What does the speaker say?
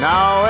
Now